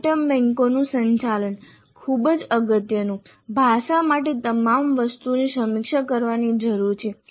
item બેન્કોનું સંચાલન ખૂબ જ અગત્યનું ભાષા માટે તમામ વસ્તુઓની સમીક્ષા કરવાની જરૂર છે